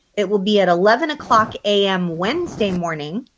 it will be at eleven o'clock am wednesday morning,